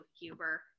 Huber